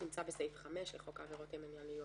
נמצא בסעיף 5 לחוק העבירות המינהליות,